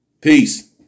Peace